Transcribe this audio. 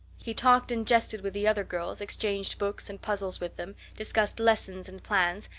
he talked and jested with the other girls, exchanged books and puzzles with them, discussed lessons and plans,